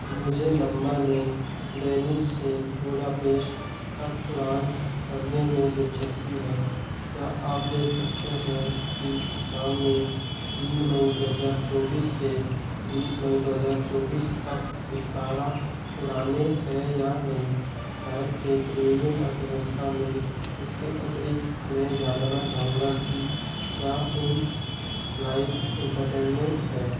मुझे नम्बर में बेनिस से बुडापेस्ट तक उड़ान भरने में दिलचस्पी है क्या आप देख सकते हैं कि शाम में तीन मई दो हजार चौबीस से बीस मई दो हजार चौबीस तक बिस्तारा उड़ानें है या नहीं शायद से प्रीमियम अर्थव्यवस्था में इसके अतिरिक्त मैं जानना चाहूँगा कि क्या इन फ़्लाइट इंटरटेन्मेंट है